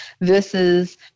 versus